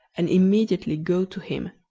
and immediately go to him.